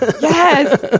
Yes